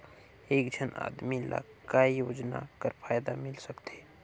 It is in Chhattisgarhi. एक झन आदमी ला काय योजना कर फायदा मिल सकथे?